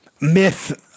myth-